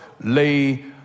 Lay